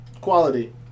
Quality